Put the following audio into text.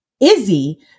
Izzy